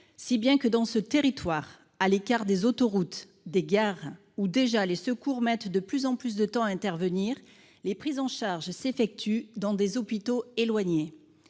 Si bien que dans ce territoire à l'écart des autoroutes des gares où déjà les secours mettent de plus en plus de temps à intervenir. Les prises en charge s'effectue dans des hôpitaux éloignés.